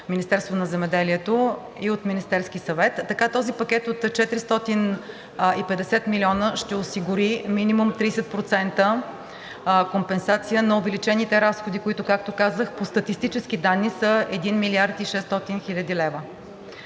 Министерството на земеделието и от Министерския съвет. Така този пакет от 450 милиона ще осигури минимум 30% компенсация на увеличените разходи, които, както казах, по статистически данни са 1 млрд. и 600 хил. лв.